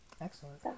excellent